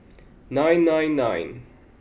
nine nine nine